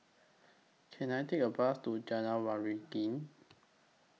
Can I Take A Bus to Jalan Waringin